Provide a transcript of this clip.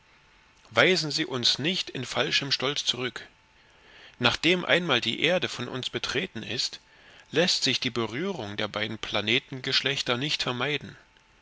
weisen sie uns nicht in falschem stolz zurück nachdem einmal die erde von uns betreten ist läßt sich die berührung der beiden planetengeschlechter nicht vermeiden